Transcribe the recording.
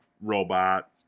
robot